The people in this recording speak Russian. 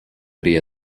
при